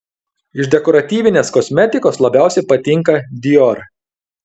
iš dekoratyvinės kosmetikos labiausiai patinka dior